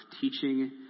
teaching